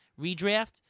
redraft